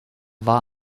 war